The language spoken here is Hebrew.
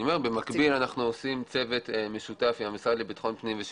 במקביל אנחנו עושים צוות משותף עם המשרד לביטחון הפנים ועם